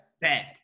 bad